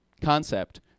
concept